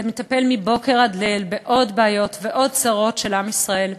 מטפל מבוקר עד ליל בעוד בעיות ובעוד צרות של עם ישראל.